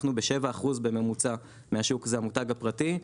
אנחנו ב-7% בממוצע מהשוק זה המותג הפרטי,